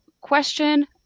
question